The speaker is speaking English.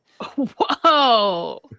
Whoa